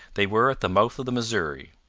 they were at the mouth of the missouri.